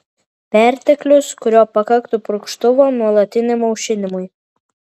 perteklius kurio pakaktų purkštuvo nuolatiniam aušinimui